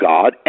God